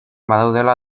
badaudela